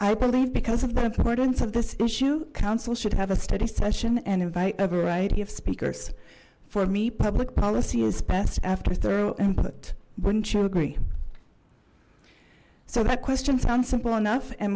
i believe because of the importance of this issue council should have a study session and invite a variety of speakers for me public policy is best after thorough input wouldn't you agree so that question sounds simple enough and